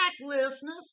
listeners